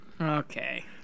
okay